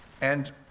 and